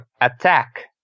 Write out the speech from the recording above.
attack